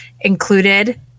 included